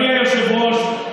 אדוני היושב-ראש,